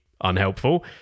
unhelpful